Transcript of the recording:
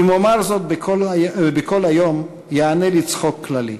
אם אומר זאת בקול היום, יענה לי צחוק כללי.